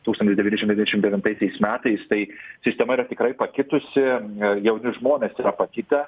tūkstantis devyni šimtai devyniasdešim devintaisiais metais tai sistema yra tikrai pakitusi jauni žmonės yra pakitę